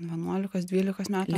vienuolikos dvylikos metų